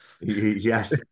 yes